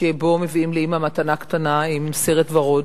שבו מביאים לאמא מתנה קטנה עם סרט ורוד,